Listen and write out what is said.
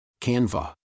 Canva